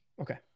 Okay